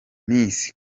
miss